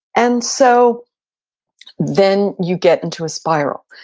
and so then you get into a spiral.